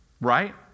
right